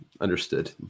understood